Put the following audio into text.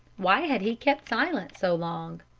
why had he kept silent so long?